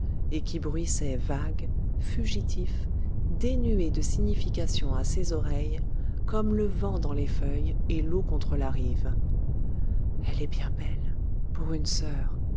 et qui bruissaient vagues fugitifs dénués de signification à ses oreilles comme le vent dans les feuilles et l'eau contre la rive elle est bien belle pour une sœur